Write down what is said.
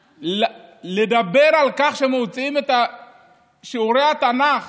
לדבר על כך שמונעים את שיעורי התנ"ך